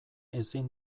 ezin